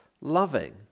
loving